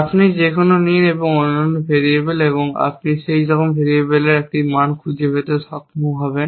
আপনি যেকোনও নিন অন্যান্য ভেরিয়েবল এবং আপনি সেই ভেরিয়েবলের জন্য একটি মান খুঁজে পেতে সক্ষম হবেন